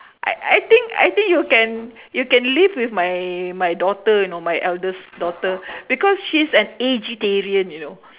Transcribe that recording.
I I think I think you can you can live with my my daughter you know my eldest daughter because she is an eggetarian you know